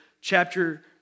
chapter